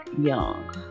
young